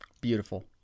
Beautiful